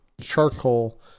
charcoal